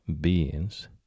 beings